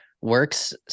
works